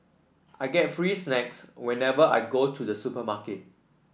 I get free snacks whenever I go to the supermarket